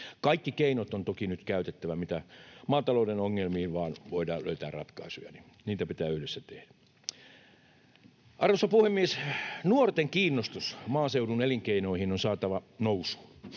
Kaikki keinot on toki nyt käytettävä, jotta maatalouden ongelmiin vain voidaan löytää ratkaisuja — niitä pitää yhdessä tehdä. Arvoisa puhemies! Nuorten kiinnostus maaseudun elinkeinoihin on saatava nousuun,